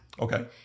Okay